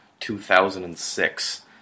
2006